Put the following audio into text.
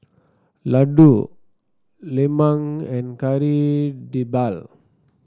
laddu lemang and Kari Debal